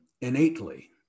innately